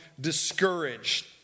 discouraged